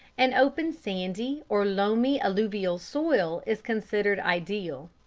an open sandy or loamy alluvial soil is considered ideal.